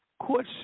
courtship